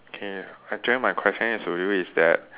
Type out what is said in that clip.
okay actually my question to you is that